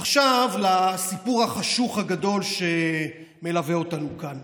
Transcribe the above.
עכשיו לסיפור החשוך הגדול שמלווה אותנו כאן.